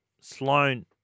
Sloan